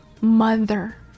mother